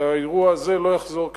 כדי שהאירוע הזה לא יחזור.